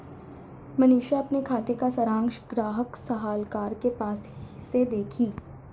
मनीषा अपने खाते का सारांश ग्राहक सलाहकार के पास से देखी